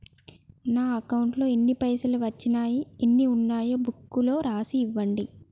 నా అకౌంట్లో ఎన్ని పైసలు వచ్చినాయో ఎన్ని ఉన్నాయో బుక్ లో రాసి ఇవ్వండి?